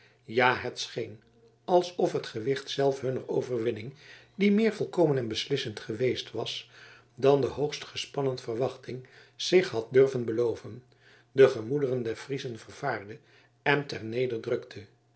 ja het scheen alsof het gewicht zelf hunner overwinning die meer volkomen en beslissend geweest was dan de hoogst gespannen verwachting zich had durven beloven de gemoederen der friezen vervaarde en